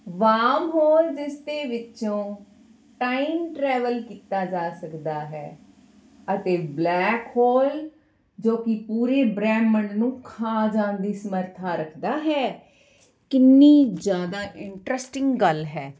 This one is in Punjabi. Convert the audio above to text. ਵਾਮਹੋਲ ਜਿਸਦੇ ਵਿੱਚੋਂ ਟਾਈਮ ਟਰੈਵਲ ਕੀਤਾ ਜਾ ਸਕਦਾ ਹੈ ਅਤੇ ਬਲੈਕ ਹੋਲ ਜੋ ਕਿ ਪੂਰੇ ਬ੍ਰਹਮੰਡ ਨੂੰ ਖਾ ਜਾਣ ਦੀ ਸਮਰਥਾ ਰੱਖਦਾ ਹੈ ਕਿੰਨੀ ਜ਼ਿਆਦਾ ਇੰਟਰਸਟਿੰਗ ਗੱਲ ਹੈ